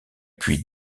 puis